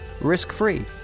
risk-free